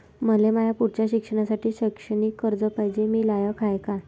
मले माया पुढच्या शिक्षणासाठी शैक्षणिक कर्ज पायजे, मी लायक हाय का?